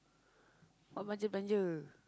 what belanja belanja